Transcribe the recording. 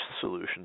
solution